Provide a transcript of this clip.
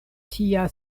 tia